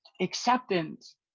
Acceptance